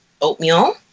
oatmeal